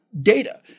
data